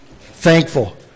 Thankful